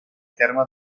terme